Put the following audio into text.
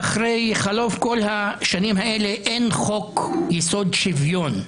אחרי חלוף כל השנים האלה אין חוק יסוד: שוויון,